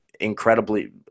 incredibly –